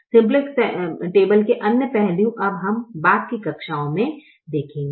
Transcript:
simplex table के अन्य पहलू अब हम बाद की कक्षाओं में देखेंगे